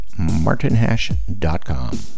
martinhash.com